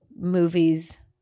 movies